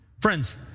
Friends